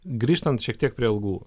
grįžtant šiek tiek prie algų